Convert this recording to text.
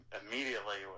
immediately